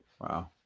Wow